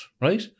Right